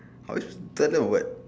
how we tell them or what